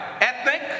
ethnic